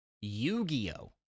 Yu-Gi-Oh